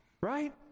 Right